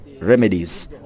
remedies